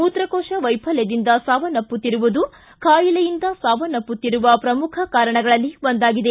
ಮೂತ್ರಕೋಶ ವೈಫಲ್ಠದಿಂದ ಸಾವನ್ನಪ್ಪುತ್ತಿರುವುದು ಬಾಯಿಲೆಯಿಂದ ಸಾವನ್ನಪ್ಪುತ್ತಿರುವ ಪ್ರಮುಖ ಕಾರಣಗಳಲ್ಲಿ ಒಂದಾಗಿದೆ